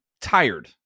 tired